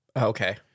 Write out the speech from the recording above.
Okay